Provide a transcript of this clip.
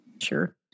Sure